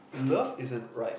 love isn't right